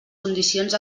condicions